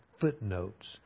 footnotes